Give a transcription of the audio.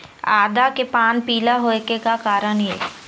आदा के पान पिला होय के का कारण ये?